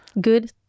good